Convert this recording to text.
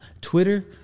Twitter